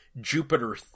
Jupiter